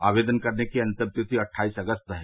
आवेदन करने की अंतिम तिथि अट्ठाईस अगस्त है